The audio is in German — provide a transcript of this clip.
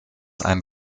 ein